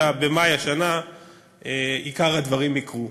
אלא במאי השנה עיקר הדברים יקרו.